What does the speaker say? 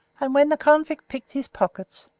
and when the convict picked his pockets,